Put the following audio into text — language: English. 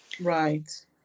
Right